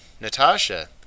Natasha